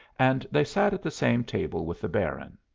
and they sat at the same table with the baron.